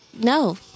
no